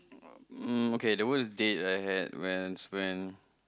um okay the worst date I had was when